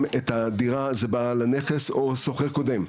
את הדירה זה בעל הנכס או בעצם שוכר קודם?